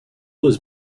was